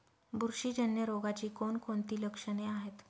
बुरशीजन्य रोगाची कोणकोणती लक्षणे आहेत?